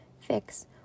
fix